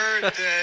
birthday